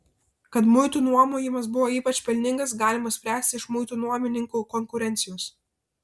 kad muitų nuomojimas buvo ypač pelningas galima spręsti iš muitų nuomininkų konkurencijos